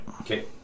Okay